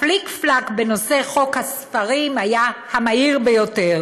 הפליק-פלאק בנושא חוק הספרים היה המהיר ביותר: